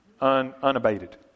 unabated